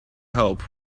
help